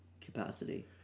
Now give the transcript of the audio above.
capacity